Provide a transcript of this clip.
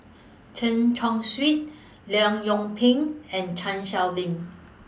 Chen Chong Swee Leong Yoon Pin and Chan Sow Lin